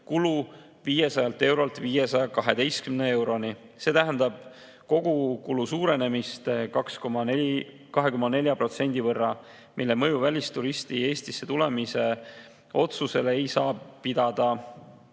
kogukulu 500 eurolt 512 euroni. See tähendab kogukulu suurenemist 2,4% võrra, mille mõju välisturisti Eestisse tulemise otsusele ei saa pidada